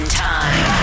time